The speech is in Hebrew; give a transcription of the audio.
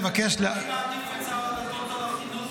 מעדיף את שר הדתות על החינוך,